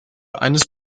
eines